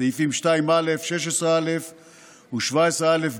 סעיפים 2(א), 16א ו-17א(ג)